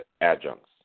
adjuncts